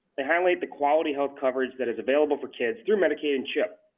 they highlight the quality health coverage that is available for kids through medicaid and chip.